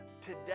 today